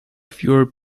fewer